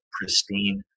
pristine